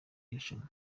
irushanwa